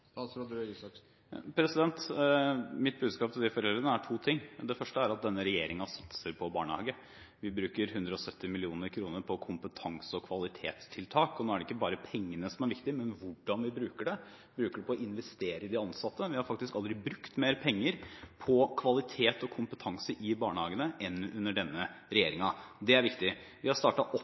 Mitt budskap til de foreldrene er to ting. Det første er at denne regjeringen satser på barnehage. Vi bruker 170 mill. kr på kompetanse- og kvalitetstiltak, og nå er det ikke bare pengene som er viktige, men hvordan vi bruker dem. Vi bruker dem på å investere i de ansatte. Vi har faktisk aldri brukt mer penger på kvalitet og kompetanse i barnehagene enn under denne regjeringen. Det er viktig. Vi har